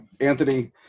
Anthony